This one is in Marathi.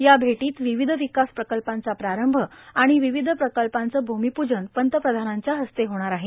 या भेटीत विविध विकास प्रकल्पांचा प्रारंभ आणि विविध प्रकल्पांचे भूमीपूजन पंतप्रधानांच्या हस्ते होणार आहे